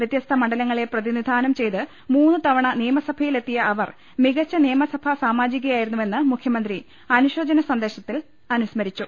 വൃത്യസ്ഥ മണ്ഡലങ്ങളെ പ്രതിനിധാനം ചെയ്ത് മൂന്നുതവണ നിയമസഭയിലെത്തിയ അവർ മികച്ച നിയമ സഭാ സാമാജികയായിരുന്നുവെന്ന് മുഖ്യമന്ത്രി അനുശോചന സന്ദേ ശത്തിൽ അനുസ്മരിച്ചു